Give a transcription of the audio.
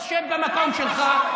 אז שב במקום שלך.